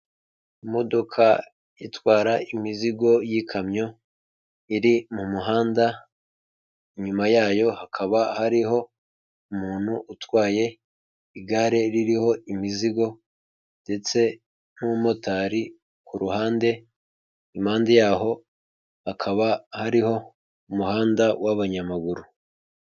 Imodoka itwara imizigo y'ikamyo iri mu muhanda, inyuma yayo hakaba hariho umuntu utwaye igare ririho imizigo ndetse n'umumotari ku ruhande, impande yaho hakaba hariho umuhanda w'abanyamaguru.